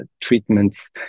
Treatments